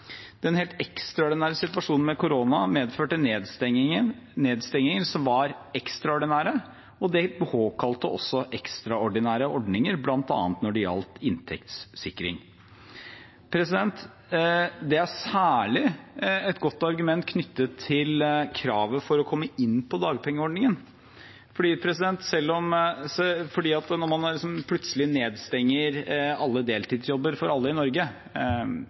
Den helt ekstraordinære situasjonen med korona medførte nedstenginger som var ekstraordinære, og det påkalte også ekstraordinære ordninger, bl.a. når det gjaldt inntektssikring. Det er særlig et godt argument knyttet til kravet for å komme inn på dagpengeordningen. Når man plutselig stenger ned alle deltidsjobber for alle i Norge – i hvert fall for mange i Norge